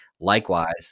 Likewise